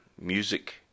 music